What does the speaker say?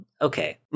Okay